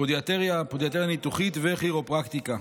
פודיאטריה, פודיאטריה ניתוחית וכירופרקטיקה.